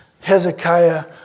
Hezekiah